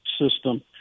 system